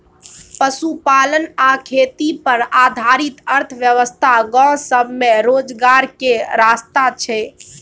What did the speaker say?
पशुपालन आ खेती पर आधारित अर्थव्यवस्था गाँव सब में रोजगार के रास्ता छइ